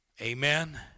Amen